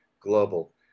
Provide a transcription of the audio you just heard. global